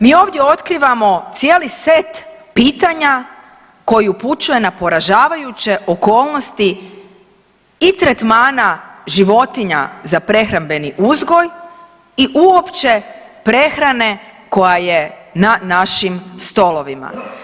Mi ovdje otkrivamo cijeli set pitanja koji upućuju na poražavajuće okolnosti i tretmana životinja za prehrambeni uzgoj i uopće prehrane koja je na našim stolovima.